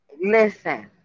Listen